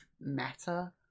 meta